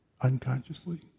unconsciously